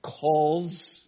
calls